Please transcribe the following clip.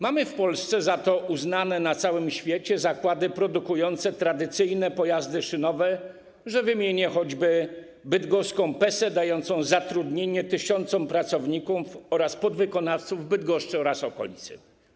Mamy w Polsce za to uznane na całym świecie zakłady produkujące tradycyjne pojazdy szynowe, że wymienię choćby bydgoską Pesę dającą zatrudnienie tysiącom pracowników oraz podwykonawcom z Bydgoszczy oraz okolicy.